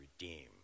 redeem